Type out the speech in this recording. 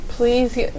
Please